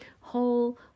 whole